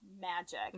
magic